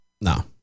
no